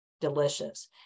delicious